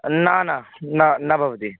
न न न न भवति